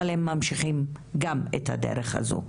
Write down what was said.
אבל הם ממשיכים גם את הדרך הזו.